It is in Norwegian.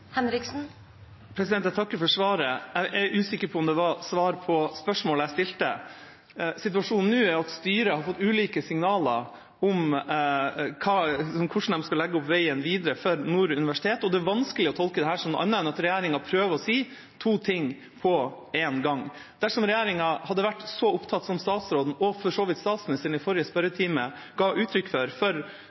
Jeg takker for svaret. Jeg er usikker på om det var svar på spørsmålet jeg stilte. Situasjonen nå er at styret har fått ulike signaler om hvordan de skal legge opp veien videre for Nord universitet. Det er vanskelig å tolke dette som noe annet enn at regjeringen prøver å si to ting på én gang. Dersom regjeringa hadde vært så opptatt av regionenes behov og å oppfylle det behovet i kompetansereformen som statsråden og for så vidt statsministeren i forrige spørretime ga uttrykk for,